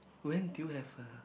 when do you have a